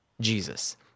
Jesus